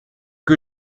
que